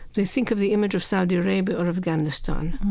they think of the image of saudi arabia or afghanistan.